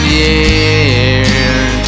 years